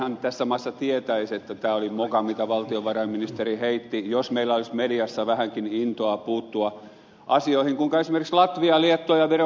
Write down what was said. jokainenhan tässä maassa tietäisi että tämä oli moka mitä valtiovarainministeri heitti jos meillä olisi mediassa vähänkin intoa puuttua asioihin kuinka esimerkiksi latvia liettua ja viro hoidetaan